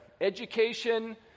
education